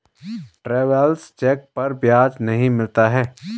travellers cheque पर ब्याज नहीं मिलता है